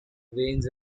veins